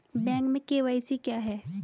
Bank में KYC क्या है?